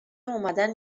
اومدن